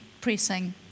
pressing